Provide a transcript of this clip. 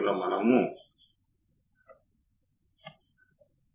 ఇది సరైనది నేను ఉహిస్తున్నాను